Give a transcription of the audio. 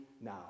now